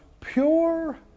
pure